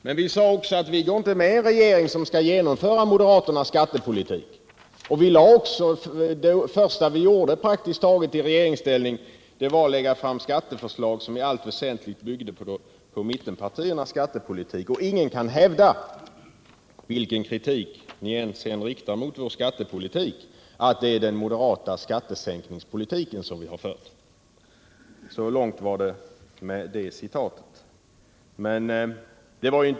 Men vi sade också: Vi går inte med i en regering som skall genomföra moderaternas skattepolitik. Praktiskt taget det första vi gjorde i regeringsställning var också att lägga fram skatteförslag som i allt väsentligt byggde på mittenpartiernas skattepolitik. Ingen kan hävda, vilken kritik ni än riktar mot vår skattepolitik, att det är den moderata skattesänkningspolitiken som vi fört. Så långt det upplästa citatet.